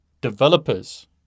developers